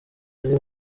ari